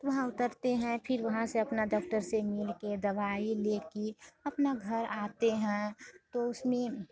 वहाँ उतरते हैं फिर वहाँ से अपना डॉक्टर से मिलकर दवाई लेकर अपना घर आते हैं तो उसमें